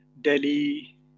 Delhi